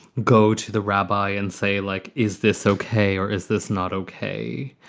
go to the rabbi and say, like, is this ok or is this not okay?